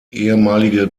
ehemalige